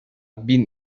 bin